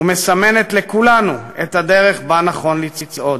ומסמנת לכולנו את הדרך שבה נכון לצעוד.